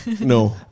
No